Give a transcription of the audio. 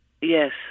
Yes